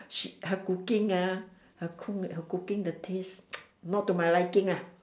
she her cooking ah her cook her cooking the taste not to my liking lah